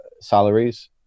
salaries